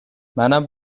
منم